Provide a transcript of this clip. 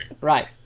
Right